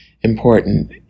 important